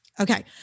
Okay